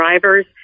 drivers